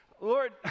Lord